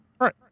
Right